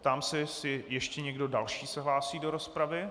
Ptám se, jestli ještě někdo další se hlásí do rozpravy.